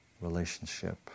relationship